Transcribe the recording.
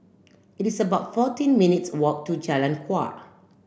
it is about fourteen minutes walk to Jalan Kuak